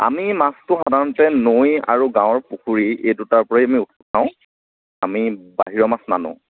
আমি মাছটো সাধাৰণতে নৈ আৰু গাঁৱৰ পুখুৰী এই দুটাৰ পৰাই আমি উঠাও আমি বাহিৰৰ মাছ নানো